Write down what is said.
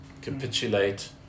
capitulate